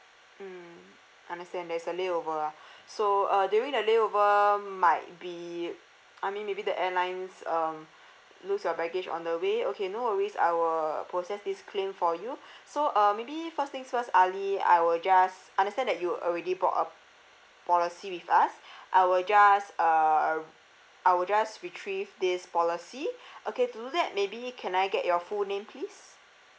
mm understand there's a layover ah so uh during the layover might be I mean maybe the airlines um lose your baggage on the way okay no worries I will process this claim for you so uh maybe first things first ali I will just understand that you already bought a policy with us I will just uh I will just retrieve this policy okay to do that maybe can I get your full name please